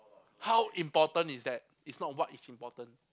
how important is that it's not what is important